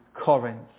Corinth